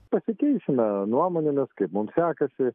pasikeisime nuomonėmis kaip mums sekasi